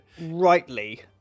rightly